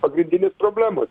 pagrindinės problemos